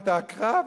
אתה עקרב,